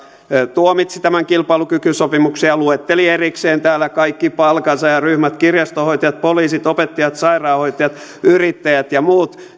tuomitsi tämän kilpailukykysopimuksen ja luetteli erikseen kaikki palkansaajaryhmät kirjastonhoitajat poliisit opettajat sairaanhoitajat yrittäjät ja muut